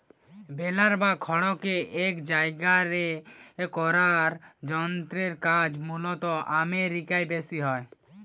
বেলার বা খড়কে এক জায়গারে করার যন্ত্রের কাজ মূলতঃ আমেরিকায় বেশি হয়